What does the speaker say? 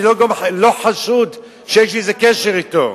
אני לא חשוד שיש לי איזה קשר אתו.